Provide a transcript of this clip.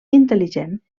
intel·ligent